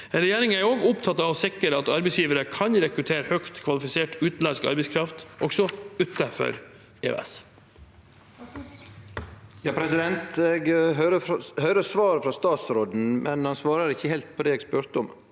Regjeringen er også opptatt av å sikre at arbeidsgivere kan rekruttere høyt kvalifisert utenlandsk arbeidskraft også utenfor